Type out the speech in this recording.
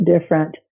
different